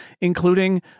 including